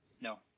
No